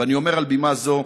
ואני אומר על בימה זו: